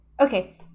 okay